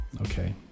Okay